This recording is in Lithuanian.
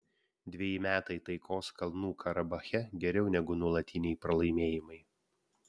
dveji metai taikos kalnų karabache geriau negu nuolatiniai pralaimėjimai